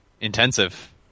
intensive